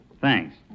Thanks